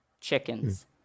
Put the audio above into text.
chickens